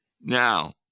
Now